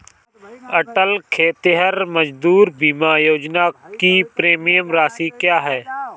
अटल खेतिहर मजदूर बीमा योजना की प्रीमियम राशि क्या है?